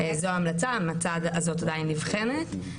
זו ההמלצה, ההמלצה הזאת עדיין נבחנת.